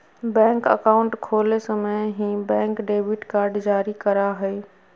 bank account खोले समय ही, बैंक डेबिट कार्ड जारी करा हइ